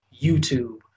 YouTube